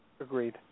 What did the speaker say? Agreed